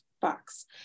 box